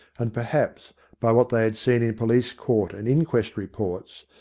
and perhaps by what they had seen in police-court and inquest reports,